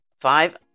five